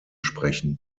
sprechen